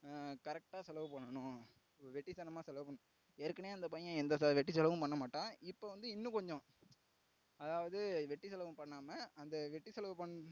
கரெக்ட்டாக செலவு பண்ணனும் வெட்டி தனமாக செலவு ஏற்கனவே அந்த பையன் எந்த வெட்டி செலவும் பண்ணமாட்டான் இப்போ வந்து இன்னும் கொஞ்சம் அதாவது வெட்டி செலவு பண்ணாம அந்த வெட்டி செலவு பண்